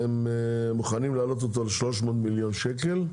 הם מוכנים להעלות אותו ל-300 מיליון שקל.